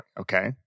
Okay